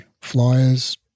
Flyers